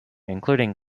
including